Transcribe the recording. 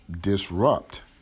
disrupt